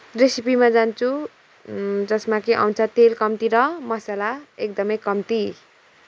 रेसिपीमा जान्छु जसमा कि आउँछ तेल कम्ती र मसला एकदमै कम्ती